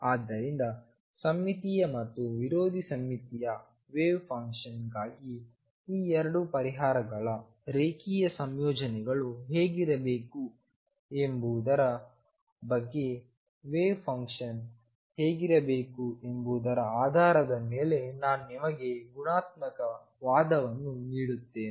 ಆದ್ದರಿಂದ ಸಮ್ಮಿತೀಯ ಮತ್ತು ವಿರೋಧಿ ಸಮ್ಮಿತೀಯ ವೇವ್ ಫಂಕ್ಷನ್ ಗಾಗಿಈ ಎರಡು ಪರಿಹಾರಗಳ ರೇಖೀಯ ಸಂಯೋಜನೆಗಳು ಹೇಗಿರಬೇಕು ಎಂಬುದರ ಬಗ್ಗೆ ವೇವ್ ಫಂಕ್ಷನ್ ಹೇಗೆ ಇರಬೇಕು ಎಂಬುದರ ಆಧಾರದ ಮೇಲೆ ನಾನು ನಿಮಗೆ ಗುಣಾತ್ಮಕ ವಾದವನ್ನು ನೀಡುತ್ತೇನೆ